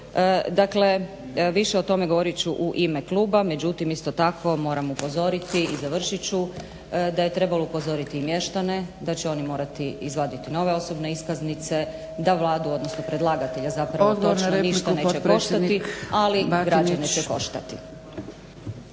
Dakle, više o tome govorit ću u ime kluba, međutim isto tako moram upozoriti i završit ću da je trebalo upozoriti mještane da će oni morati izvaditi nove osobne iskaznice, da Vladu odnosno predlagatelja … /Govornici govore u isto vrijeme, ne razumije